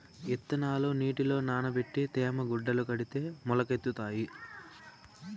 ఇత్తనాలు నీటిలో నానబెట్టి తేమ గుడ్డల కడితే మొలకెత్తుతాయి